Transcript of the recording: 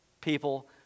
people